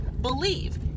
believe